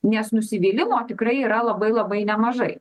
nes nusivylimo tikrai yra labai labai nemažai